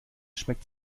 schmeckt